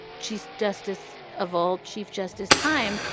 she's justice of all. chief justice time.